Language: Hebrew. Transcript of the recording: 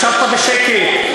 ישבת בשקט.